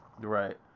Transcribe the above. Right